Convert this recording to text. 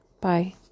Bye